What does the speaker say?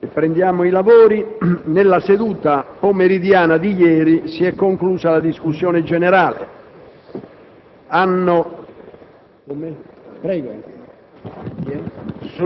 deputati. Ricordo che nella seduta pomeridiana di ieri si è conclusa la discussione generale.